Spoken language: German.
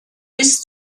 bis